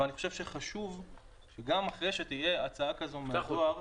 אבל אני חושב שחשוב שגם אחרי שתהיה הצעה כזו מדואר,